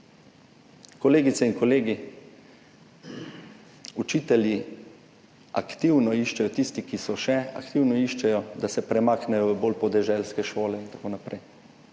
Kolegice in kolegi, učitelji aktivno iščejo, tisti, ki so še, aktivno iščejo, da se premaknejo v bolj podeželske šole in tako naprej,